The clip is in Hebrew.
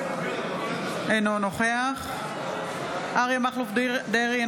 אינו נוכח אריה מכלוף דרעי,